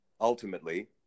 ultimately